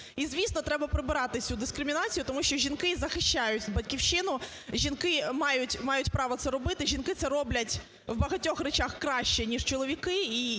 І, звісно, треба прибирати цю дискримінацію, тому що жінки захищають Батьківщину, жінки мають право це робити, жінки це роблять у багатьох речах краще, ніж чоловіки.